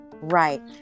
Right